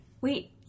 Wait